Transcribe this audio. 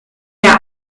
der